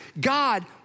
God